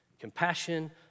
Compassion